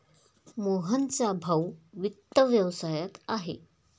मोहनचा भाऊ वित्त व्यवसायात आहे